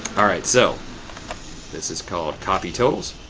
all right, so this is called copy totals.